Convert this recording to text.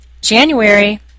January